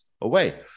away